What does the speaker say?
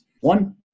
one